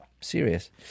serious